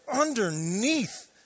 underneath